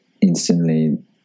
instantly